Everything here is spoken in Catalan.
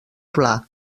pla